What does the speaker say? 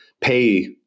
pay